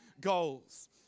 goals